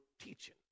teaching